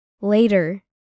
later